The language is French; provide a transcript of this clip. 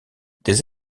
des